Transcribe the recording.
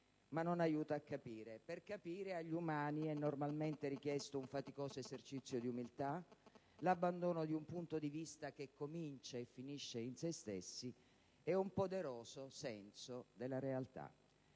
ma non aiuta a capire. Per capire, agli umani sono normalmente richiesti un faticoso esercizio di umiltà, l'abbandono di un punto di vista che comincia e finisce in se stessi, e un poderoso senso della realtà.